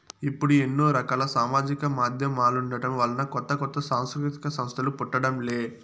ఇప్పుడు ఎన్నో రకాల సామాజిక మాధ్యమాలుండటం వలన కొత్త కొత్త సాంస్కృతిక సంస్థలు పుట్టడం లే